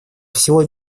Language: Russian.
всего